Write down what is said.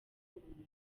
ubu